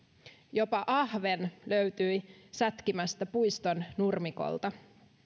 jopa ahven löytyi sätkimästä puiston nurmikolta